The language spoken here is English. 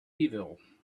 evil